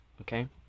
Okay